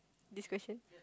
this question